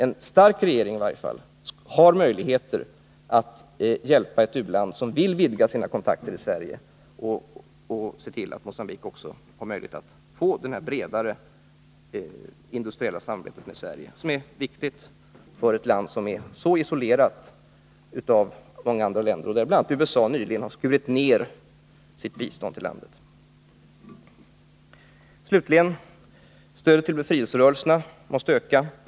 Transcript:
En stark regering i varje fall har möjligheter att hjälpa ett u-land som vill vidga sina kontakter i Sverige och se till att, i det här fallet, Mogambique får detta bredare industriella samarbete med Sverige, vilket är viktigt för ett land som är så isolerat från andra länder som Mogambique är. BI. a. USA har nyligen skurit ned sitt bistånd till landet. Slutligen: Stödet till befrielserörelserna måste öka.